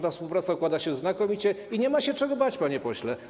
Ta współpraca układa się znakomicie i nie ma się czego bać, panie pośle.